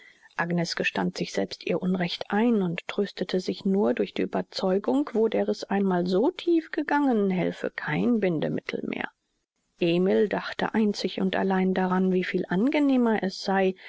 agnes gestand sich selbst ihr unrecht ein und tröstete sich nur durch die ueberzeugung wo der riß einmal so tief gegangen helfe kein bindemittel mehr emil dachte einzig und allein daran wie viel angenehmer es sei